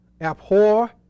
abhor